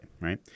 right